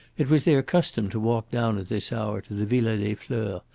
it was their custom to walk down at this hour to the villa des fleurs,